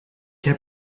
heb